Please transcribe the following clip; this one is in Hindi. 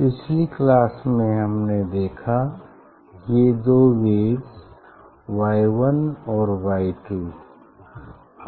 पिछली क्लास में हमने देखा ये दो वेव्स Y1 और Y2